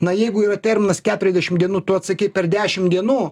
na jeigu yra terminas keturiasdešim dienų tu atsakei per dešim dienų